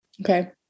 Okay